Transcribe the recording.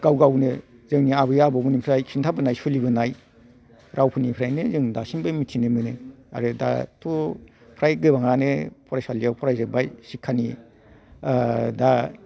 गाव गावनो जोंनि आबै आबौमोननिफ्राय खिन्थाबोनाय सोलिबोनाय रावफोरनिफ्रायनो जों दासिमबो मिथिनो मोनो आरो दाथ' फ्राय गोबाङानो फरायसालियाव फरायजोबबाय सिखानि ओह दा